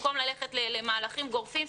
במקום ללכת למהלכים גורפים.